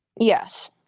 Yes